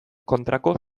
kontrako